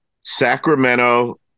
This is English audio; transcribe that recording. Sacramento